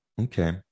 okay